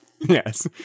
yes